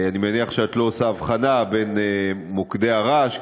אני מניח שאת לא עושה הבחנה בין מוקדי הרעש,